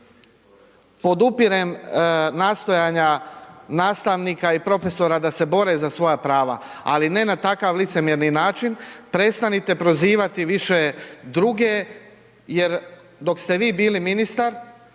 Podupirem nastojanja nastavnika i profesora da se bore za svoja prava, ali ne na takav licemjerni način, prestanite prozivati više druge jer dok ste vi bili ministar